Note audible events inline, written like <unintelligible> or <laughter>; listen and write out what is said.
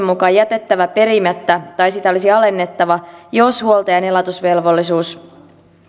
<unintelligible> mukaan jätettävä perimättä tai sitä olisi alennettava jos huoltajan elatusvelvollisuus